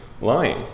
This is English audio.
Lying